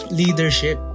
leadership